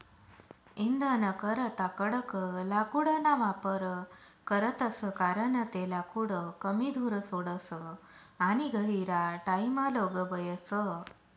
इंधनकरता कडक लाकूडना वापर करतस कारण ते लाकूड कमी धूर सोडस आणि गहिरा टाइमलोग बयस